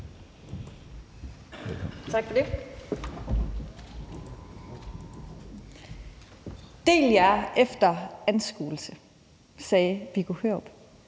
Tak for det.